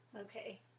Okay